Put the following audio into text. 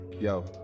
yo